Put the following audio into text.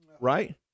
Right